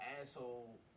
asshole